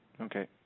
Okay